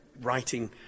writing